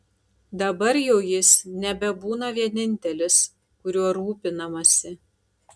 dabar jau jis nebebūna vienintelis kuriuo rūpinamasi